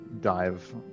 dive